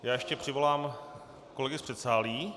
Ještě přivolám kolegy z předsálí.